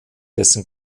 dessen